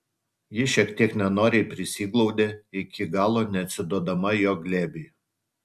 ji šiek tiek nenoriai prisiglaudė iki galo neatsiduodama jo glėbiui